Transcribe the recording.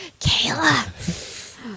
Kayla